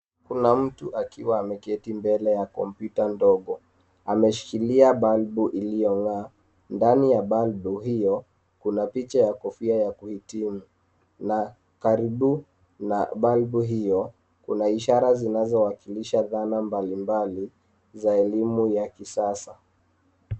Kuna mtu akiwa ameketi mbele ya kompyuta ndogo. Ameshikilia bulb iliyong'aa. Ndani ya bulb hiyo kuna picha ya kofia ya kuhitimu na karibu na bulb hiyo, kuna ishara zinazowakilisha dhana mbalimbali za elimu ya kisasa.